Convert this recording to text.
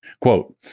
Quote